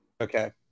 Okay